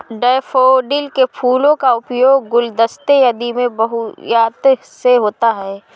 daffodil के फूलों का उपयोग गुलदस्ते आदि में बहुतायत से होता है